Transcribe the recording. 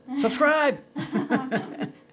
Subscribe